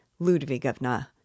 Ludvigovna